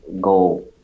go